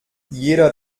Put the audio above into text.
jeder